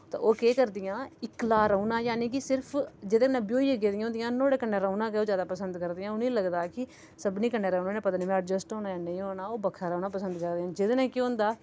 ते ओह् करदियां इक्कला रौंह्ना जाने कि सिर्फ जेह्दे ने ब्योईयै गेदियां होंदियां नोह्ड़े कन्नै रौह्ना गै ओह् जैदा पंसद करदियां उनें लगदा की सबनी कन्नै रौह्ने ने पता निं में ऐडजैस्ट होना कि नेईं होना ओह् बक्खरा रौह्ना पंसद करदियां जेह्दे ने केह् होंदा की